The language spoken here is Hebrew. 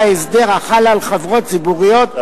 חל ההסדר החל על חברות ציבוריות,